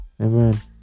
Amen